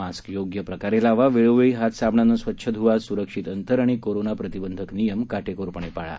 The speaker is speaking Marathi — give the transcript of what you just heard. मास्क योग्य प्रकारे लावा वेळोवेळी हात साबणाने स्वच्छ धुवा सुरक्षित अंतर आणि कोरोना प्रतिबंधक नियम काटेकोरपणे पाळा